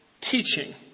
teaching